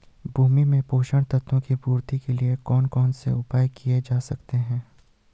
भूमि में पोषक तत्वों की पूर्ति के लिए कौन कौन से उपाय किए जा सकते हैं?